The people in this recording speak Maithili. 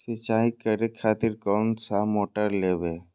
सीचाई करें खातिर कोन सा मोटर लेबे?